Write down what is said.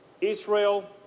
Israel